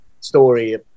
story